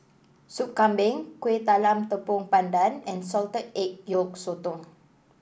Soup Kambing Kueh Talam Tepong Pandan and Salted Egg Yolk Sotong